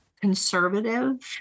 conservative